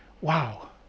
wow